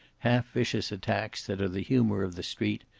half-vicious attacks that are the humor of the street,